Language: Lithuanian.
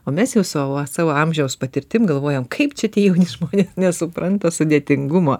o mes jau savo va savo amžiaus patirtim galvojam kaip čia tie jauni žmonės nesupranta sudėtingumo